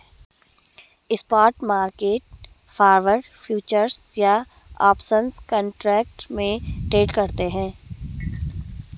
spot market forward, futures या options contract में trade करते हैं